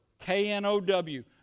K-N-O-W